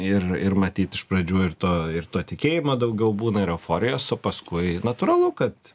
ir ir matyt iš pradžių ir to ir to tikėjimo daugiau būna ir euforijos o paskui natūralu kad